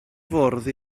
fwrdd